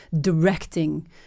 directing